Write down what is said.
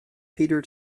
peter